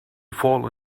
fall